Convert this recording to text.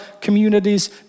communities